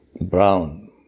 brown